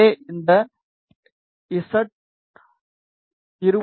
எனவே இந்த இசட்20